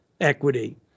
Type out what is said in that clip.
equity